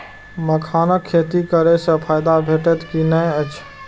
मखानक खेती करे स फायदा भेटत की नै अछि?